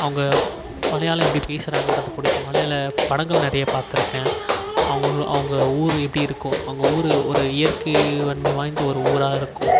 அவங்க மலையாளம் எப்படி பேசுகிறாங்கன்றது பிடிக்கும் மலையாள படங்கள் நிறைய பார்த்துருக்கேன் அவுங்க அவங்க ஊர் எப்படி இருக்கும் அவங்க ஊர் ஒரு இயற்கை தன்மை வாய்ந்த ஒரு ஊராக இருக்குது